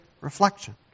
reflection